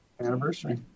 Anniversary